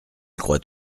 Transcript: croit